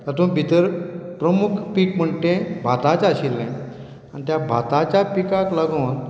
तातूंत भितर प्रमूख पीक म्हण तें भाताचें आशिल्लें आनी त्या भाताच्या पिकाक लागून